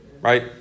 right